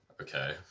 okay